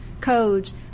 codes